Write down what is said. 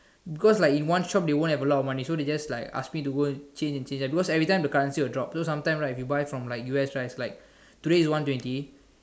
because like in one shop they won't have a lot of money so they just like ask me to go and change and change because everything the currency will drop so sometime right if you buy from like U S right is like today is one twenty